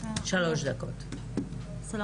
קוראים לי